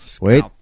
Wait